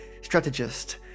strategist